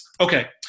Okay